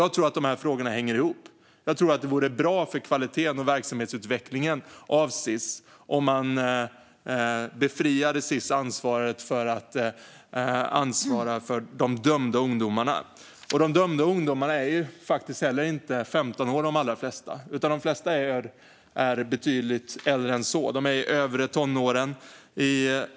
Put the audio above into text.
Jag tror att de här frågorna hänger ihop. Jag tror att det vore bra för kvaliteten och verksamhetsutvecklingen inom Sis om man befriade Sis från ansvaret för de dömda ungdomarna. Av dem är de allra flesta faktiskt inte 15 år, utan de är betydligt äldre än så. De är i övre tonåren.